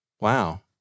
Wow